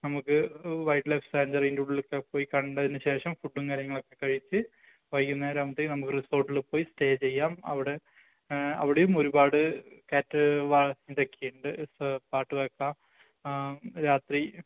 നമുക്ക് വൈൽഡ്ലൈഫ് സാഞ്ചുറീൻ്റെ ഉള്ളിലൊക്കെ പോയി കണ്ടതിനുശേഷം ഫുഡും കാര്യങ്ങളൊക്കെ കഴിച്ച് വൈകുന്നേരമാകുമ്പോഴത്തേക്കും നമുക്ക് റിസോര്ട്ടില് പോയി സ്റ്റേ ചെയ്യാം അവിടെ അവിടെയും ഒരുപാട് കാറ്റ് ഇതൊക്കെയുണ്ട് ഇപ്പോള് പാട്ടുവയ്ക്കാം രാത്രി